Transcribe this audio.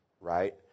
right